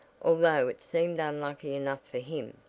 although it seemed unlucky enough for him.